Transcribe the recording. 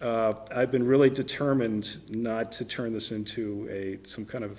i've been really determined not to turn this into a some kind of